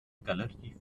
galerie